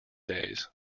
days